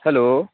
hello